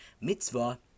mitzvah